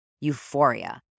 Euphoria